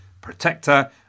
protector